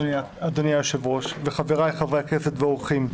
אדוני היושב-ראש וחבריי חברי הכנסת והאורחים,